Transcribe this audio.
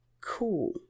Cool